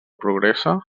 progressa